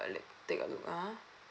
err take a look ah